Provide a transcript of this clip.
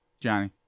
Johnny